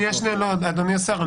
אדוני השר,